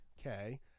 Okay